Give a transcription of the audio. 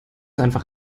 einfach